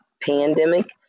pandemic